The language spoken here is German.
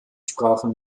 sprachen